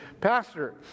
Pastor